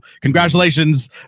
congratulations